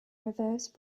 reverse